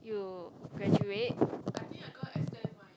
you graduate